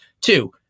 Two